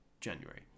January